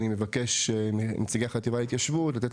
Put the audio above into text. אני מבקש מנציגי החטיבה להתיישבות לתת